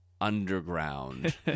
underground